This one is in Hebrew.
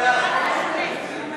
38) (רציפות הכהונה של יושב-ראש הכנסת),